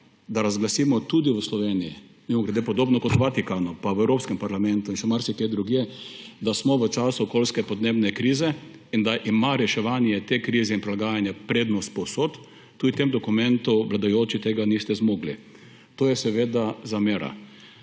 da razglasimo tudi v Sloveniji – mimogrede, podobno kot v Vatikanu, Evropskem parlamentu in še marsikje drugje –, da smo v času okoljske podnebne krize in da ima reševanje te krize in prilagajanje prednost povsod, tudi v tem dokumentu vladajoči tega niste zmogli. To je seveda zamera.